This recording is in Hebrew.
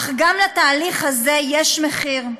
אך גם לתהליך הזה יש מחיר,